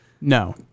No